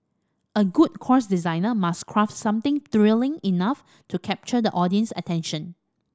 a good courses designer must craft something thrilling enough to capture the audience's attention